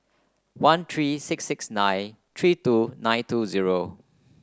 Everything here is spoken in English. one three six six nine three two nine two zero